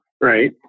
Right